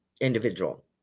individual